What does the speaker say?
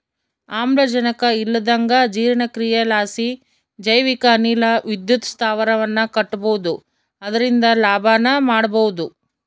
ಆಮ್ಲಜನಕ ಇಲ್ಲಂದಗ ಜೀರ್ಣಕ್ರಿಯಿಲಾಸಿ ಜೈವಿಕ ಅನಿಲ ವಿದ್ಯುತ್ ಸ್ಥಾವರವನ್ನ ಕಟ್ಟಬೊದು ಅದರಿಂದ ಲಾಭನ ಮಾಡಬೊಹುದು